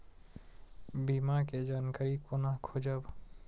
बीमा के जानकारी कोना खोजब?